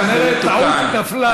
כנראה טעות נפלה בידה